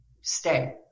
stay